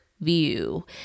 view